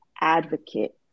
advocate